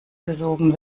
gesogen